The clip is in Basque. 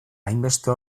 hainbeste